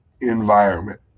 environment